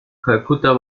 kalkutta